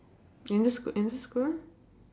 in which school in which school